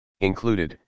Included